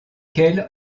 quel